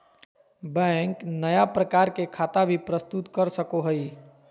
bank नया प्रकार के खता भी प्रस्तुत कर सको हइ